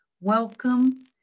Welcome